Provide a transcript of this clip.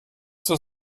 zur